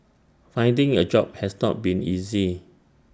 finding A job has not been easy